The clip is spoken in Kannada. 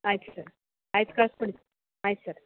ಆಯ್ತು ಸರ್ ಆಯ್ತು ಕಳಸ್ಕೊಡಿ ಆಯ್ತು ಸರ್